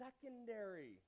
secondary